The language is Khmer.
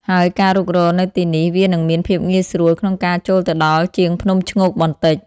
ហើយការរុករកនៅទីនេះវានឹងមានភាពងាយស្រួលក្នុងការចូលទៅដល់ជាងភ្នំឈ្ងោកបន្តិច។